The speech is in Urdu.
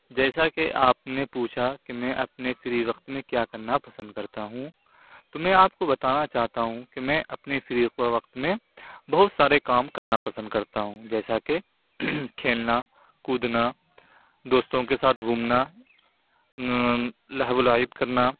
جیسا کہ آپ نے پوچھا کہ میں اپنے فری وقت میں کیا کرنا پسند کرتا ہوں تو میں آپ کو بتانا چاہتا ہوں کہ میں اپنے فری وقت میں بہت سارے کام کرنا پسند کرتا ہوں جیسا کہ کھیلنا کودنا دوستوں کے ساتھ گھومنا لہو و لعب کرنا